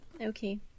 okay